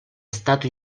stato